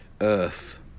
Earth